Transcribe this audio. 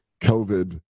COVID